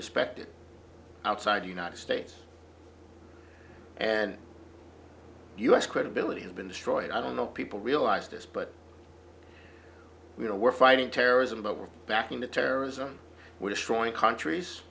respected outside the united states and u s credibility has been destroyed i don't know people realize this but you know we're fighting terrorism but we're backing the terrorism